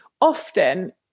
often